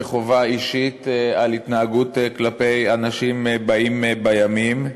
כחובה אישית להתנהגות כלפי אנשים באים בימים.